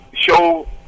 show